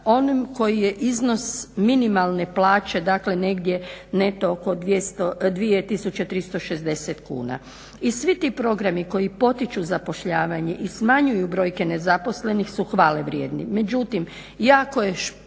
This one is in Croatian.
onim koji je iznos minimalne plaće. Dakle, negdje neto oko 2360 kuna. I svi ti programi koji potiču zapošljavanje i smanjuju brojke nezaposlenih su hvale vrijedni. Međutim, jako je velik